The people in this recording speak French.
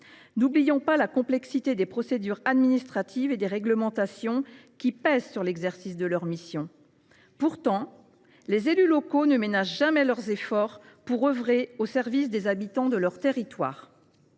N’oublions pas la complexité des procédures administratives et des réglementations qui pèsent sur l’exercice de leurs missions. Pourtant, les élus locaux ne ménagent jamais leurs efforts pour œuvrer au service des habitants de leur territoire.